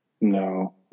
No